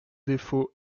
défaut